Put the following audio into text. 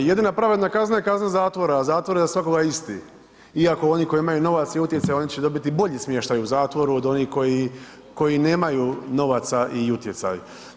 Jedina pravedna kazna je kazna zatvora, zatvor je za svakoga isti, iako oni koji imaju novac i utjecaj, oni će dobiti bolji smještaj u zatvoru od onih koji nemaju novaca i utjecaj.